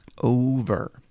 Over